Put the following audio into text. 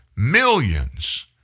millions